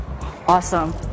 awesome